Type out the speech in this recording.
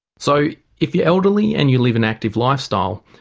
so if you're elderly and you lead an active lifestyle,